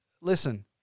listen